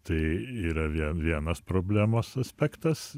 tai yra vien vienas problemos aspektas